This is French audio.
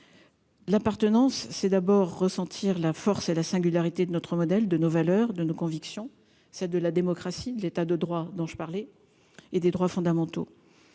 l'appartenance, c'est d'abord ressentir la force et la singularité de notre modèle de nos valeurs, de nos convictions, c'est de la démocratie de l'État de droit dont je parlais et des droits fondamentaux,